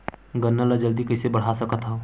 गन्ना ल जल्दी कइसे बढ़ा सकत हव?